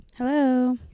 Hello